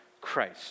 Christ